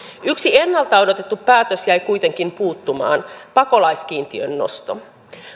yksi ennalta odotettu päätös jäi kuitenkin puuttumaan pakolaiskiintiön nosto